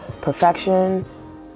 perfection